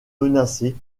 menacée